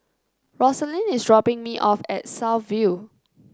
Rosalyn is dropping me off at South View